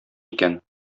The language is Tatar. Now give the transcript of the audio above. икән